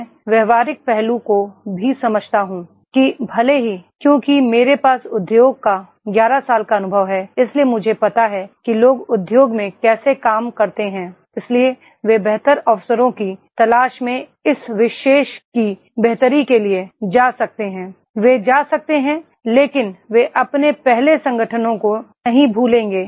मैं व्यावहारिक पहलू को भी समझता हूं कि भले ही क्योंकि मेरे पास उद्योग का 11 साल का अनुभव है इसलिए मुझे पता है कि लोग उद्योगों में कैसे काम करते हैं इसलिए वे बेहतर अवसरों की तलाश में इस विशेष की बेहतरी के लिए जा सकते हैं वे जा सकते हैं लेकिन वे अपने पिछले संगठनों को नहीं भूलेंगे